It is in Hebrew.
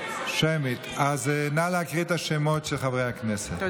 אז נא להקריא את השמות של חברי הכנסת.